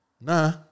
nah